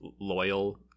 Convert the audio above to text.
loyal